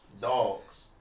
dogs